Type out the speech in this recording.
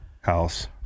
house